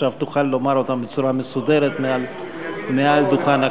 עכשיו תוכל לומר אותם בצורה מסודרת מעל דוכן הכנסת.